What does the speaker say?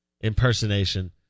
impersonation